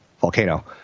volcano